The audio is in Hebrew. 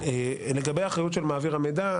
לגבי אחריות של מעביר המידע,